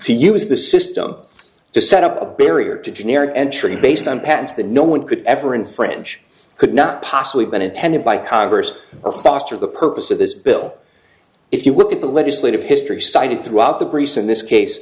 to use the system to set up a barrier to generic entry based on patents that no one could ever infringe could not possibly been intended by congress or foster the purpose of this bill if you look at the legislative history cited throughout the grease in this case